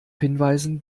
hinweisen